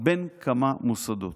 בין כמה מוסדות